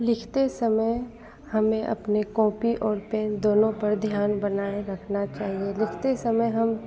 लिखते समय हमें अपनी कॉपी और पेन दोनों पर ध्यान बनाए रखना चाहिए लिखते समय हम